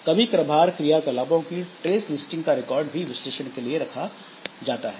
कभी कभार क्रियाकलापों की ट्रेस लिस्टिंग का रिकॉर्ड भी विश्लेषण के लिए रखा जाता है